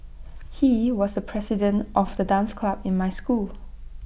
he was the president of the dance club in my school